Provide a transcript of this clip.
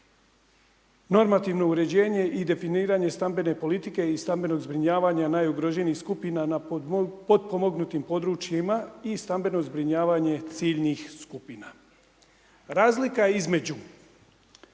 normativno uređenje i definiranje stambene politike i stambenog zbrinjavanja najugroženijih skupina na potpomognutim područjima i stambeno zbrinjavanje ciljnih skupina. Razlika između